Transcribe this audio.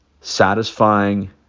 satisfying